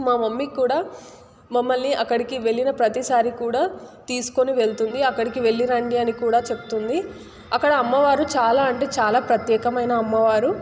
మా మమ్మీ కూడా మమ్మల్ని అక్కడికి వెళ్లిన ప్రతిసారి కూడా తీసుకొని వెళ్తుంది అక్కడికి వెళ్లి రండి అని కూడా చెప్తుంది అక్కడ అమ్మవారు చాలా అంటే చాలా ప్రత్యేకమైన అమ్మవారు